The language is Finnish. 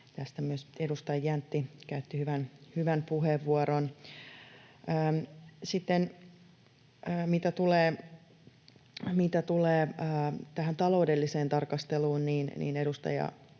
Tästä myös edustaja Jäntti käytti hyvän puheenvuoron. Mitä tulee tähän taloudelliseen tarkasteluun, niin, edustaja